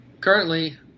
Currently